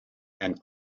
and